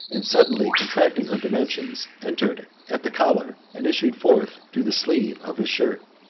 and, suddenly contracting her dimensions, entered at the collar, and issued forth through the sleeve, of his shirt.